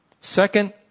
Second